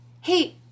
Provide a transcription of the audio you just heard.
Hey